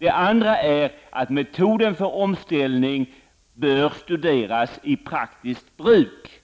Den andra anledningen är att metoden för omställning bör studeras i praktiskt bruk.